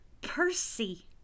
Percy